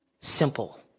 simple